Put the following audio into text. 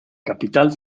capital